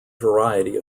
variety